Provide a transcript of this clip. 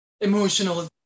emotional